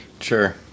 Sure